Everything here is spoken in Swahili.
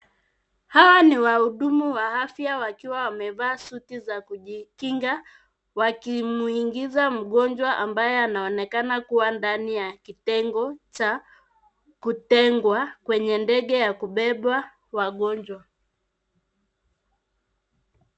Hawa ni wahudumu wa afya wakiwa wamevaa suti za kujikinga, wakimuingiza mgonjwa ambaye anaonekana kuwa ndani ya kitengo cha kutengwa kwenye ndege ya kubeba wagonjwa.